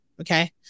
Okay